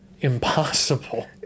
Impossible